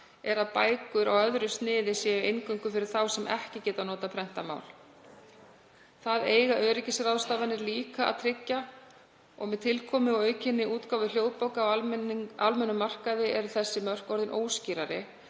er að bækur á öðru sniði séu eingöngu fyrir þá sem ekki geta notað prentað mál. Það eiga öryggisráðstafanir líka að tryggja. Með tilkomu og aukinni útgáfu hljóðbóka á almennum markaði eru þessi mörk orðin óskýrari